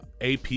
AP